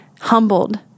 humbled